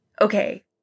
okay